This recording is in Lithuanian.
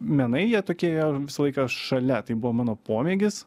menai jie tokie jie visą laiką šalia tai buvo mano pomėgis